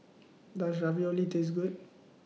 Does Ravioli Taste Good